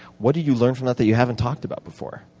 what did you learn from that that you haven't talked about before?